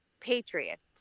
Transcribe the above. patriots